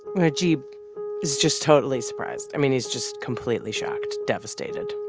najeeb is just totally surprised. i mean, he's just completely shocked, devastated.